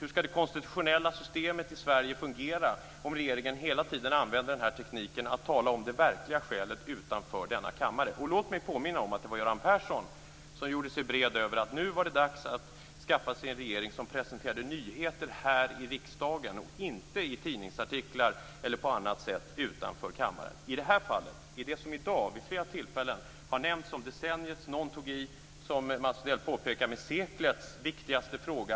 Hur skall det konstitutionella systemet i Sverige fungera om regeringen hela tiden använder tekniken att tala om det verkliga skälet utanför denna kammare? Låt mig påminna om att det var Göran Persson som gjorde sig bred över att det nu var dags att skaffa sig en regering som presenterade nyheter här i riksdagen, och inte i tidningsartiklar eller på annat sätt utanför kammaren. Vid flera tillfällen i dag har EMU-frågan nämnts som decenniets - som Mats Odell påpekade var det också någon som tog i och sade seklets - viktigaste fråga.